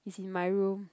it's in my room